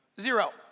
Zero